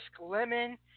lemon